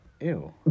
Ew